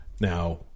now